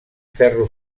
ferro